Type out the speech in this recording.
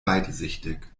weitsichtig